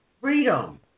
freedom